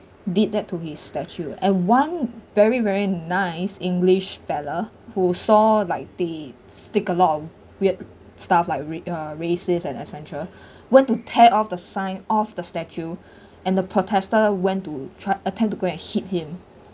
did that to his statue and one very very nice english fellow who saw like the stick a lot of weird stuff like re~ uh racist and etcetera went to tear off the sign of the statue and the protester went to tr~ attempt to go and hit him